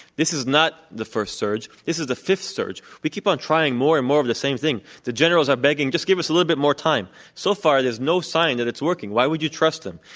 this is not the first surge, this is the fifth surge. we keep on trying more and more of the same thing. the generals are begging, just give us a little bit more time. so far there's no sign that it's working. why would you trust them?